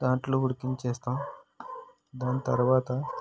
దాంట్లో ఉడికించేస్తాను దాని తరువాత